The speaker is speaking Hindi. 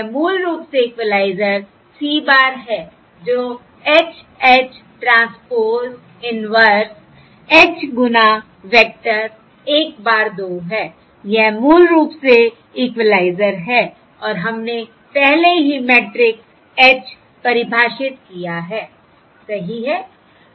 यह मूल रूप से इक्वलाइज़र C bar है जो H H transpose inverse H गुना वेक्टर 1 bar 2 है यह मूल रूप से इक्वलाइज़र है और हमने पहले ही मैट्रिक्स H परिभाषित किया है सही है